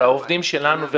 על העובדים שלנו.